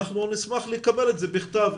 נשמח לקבל את זה בכתב.